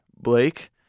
Blake